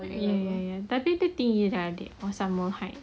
ya ya ya tapi dia tinggi daripada adik or sama height